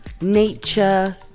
nature